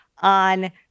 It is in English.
on